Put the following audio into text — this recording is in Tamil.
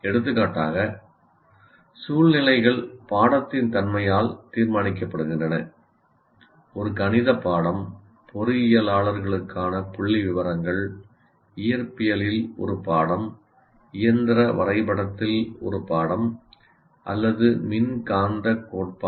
எடுத்துக்காட்டாக சூழ்நிலைகள் பாடத்தின் தன்மையால் தீர்மானிக்கப்படுகின்றன ஒரு கணித பாடம் பொறியியலாளர்களுக்கான புள்ளிவிவரங்கள் இயற்பியலில் ஒரு பாடம் இயந்திர வரைபடத்தில் ஒரு பாடம் அல்லது மின்காந்தக் கோட்பாடு